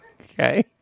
Okay